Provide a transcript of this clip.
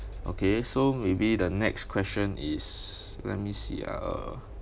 okay so maybe the next question is let me see uh